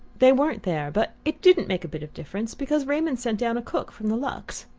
they weren't there. but it didn't make a bit of difference, because raymond sent down a cook from the luxe.